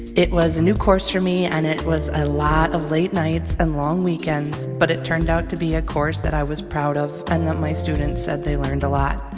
it was a new course for me. and it was a lot of late nights and long weekends. but it turned out to be a course that i was proud of and that my students said they learned a lot.